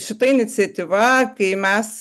šita iniciatyva kai mes